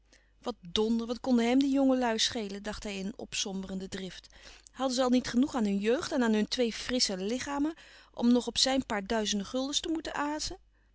wat donder wat konden hem die jonge lui schelen dacht hij in een opsomberende drift hadden ze al niet genoeg aan hun jeugd en aan hun twee frissche lichamen om nog op zijn paar duizende guldens te moeten azen